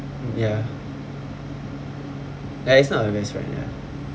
ya ya it's not my best friend ya